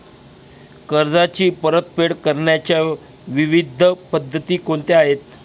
कर्जाची परतफेड करण्याच्या विविध पद्धती कोणत्या आहेत?